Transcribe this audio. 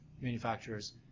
manufacturers